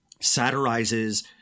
satirizes